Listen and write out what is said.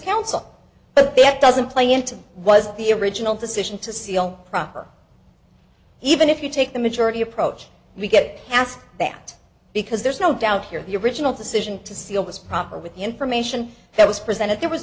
counsel but that doesn't play into was the original decision to seal proper even if you take the majority approach we get asked that because there's no doubt here the original decision to seal was proper with the information that was presented there was